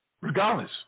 Regardless